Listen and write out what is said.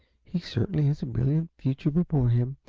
he certainly has a brilliant future before him,